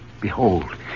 Behold